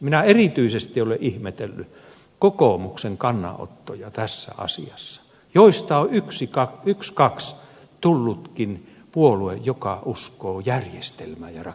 minä erityisesti olen ihmetellyt kokoomuksen kannanottoja tässä asiassa josta on ykskaks tullutkin puolue joka uskoo järjestelmään ja rakenteeseen